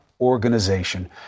organization